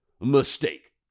mistake